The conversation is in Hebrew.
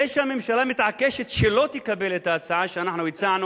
זה שמהממשלה מתעקשת שלא לקבל את ההצעה שאנחנו הצענו,